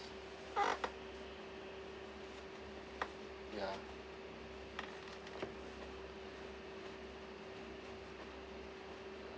ya